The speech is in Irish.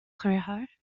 dheartháir